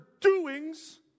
doings